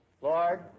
Lord